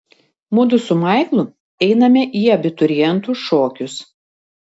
mudu su maiklu einame į abiturientų šokius